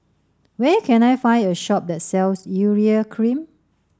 where can I find a shop that sells Urea Cream